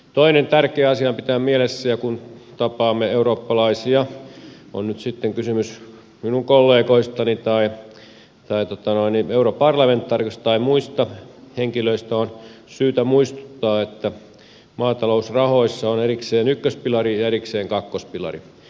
toinen tärkeä asia joka on syytä pitää mielessä ja josta on syytä muistuttaa kun tapaamme eurooppalaisia on nyt sitten kysymys minun kollegoistani tai europarlamentaarikoista tai muista henkilöistä on se että maatalousrahoissa on erikseen ykköspilari ja erikseen kakkospilari